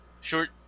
Short